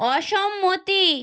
অসম্মতি